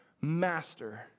master